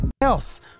Else